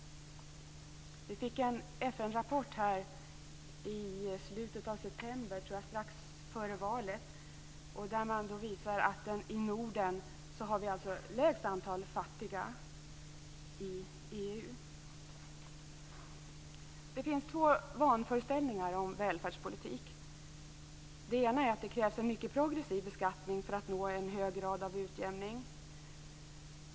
Vi fick en FN-rapport i slutet av september, strax före valet, där man visar att vi i Norden har lägst antal fattiga i EU. Det finns två vanföreställningar om välfärdspolitik. Den ena är att det krävs en mycket progressiv beskattning för att nå en hög grad av utjämning.